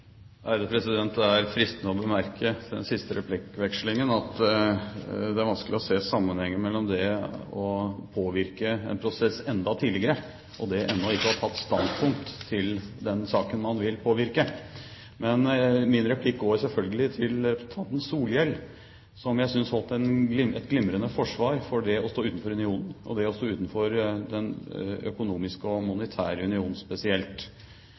replikkvekslingen at det er vanskelig å se sammenhengen mellom det å påvirke en prosess enda tidligere og det ennå ikke å ha tatt standpunkt til den saken man vil påvirke. Men min replikk går selvfølgelig til representanten Solhjell, som jeg synes holdt et glimrende forsvar for det å stå utenfor unionen, og det å stå utenfor den økonomiske og monetære unionen spesielt.